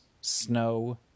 snow